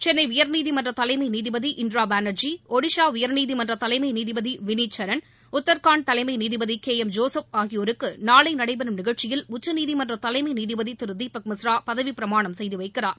சென்னை உயர்நீதிமன்ற தலைமை நீதிபதி இந்திரா பானர்ஜி ஒடிசா உயர்நீதிமன்ற தலைமை நீதிபதி விளீத் சரண் உத்தராகண்ட் தலைமை நீதிபதி கே எம் ஜோசுப் ஆகியோருக்கு நாளை நடைபெறும் நிகழ்ச்சியில் உச்சநீதிமன்ற தலைமை நீதிபதி திரு தீபக் மிஸ்ரா பதவிப் பிரமாணம் செய்து வைக்கிறார்